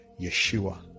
Yeshua